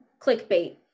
clickbait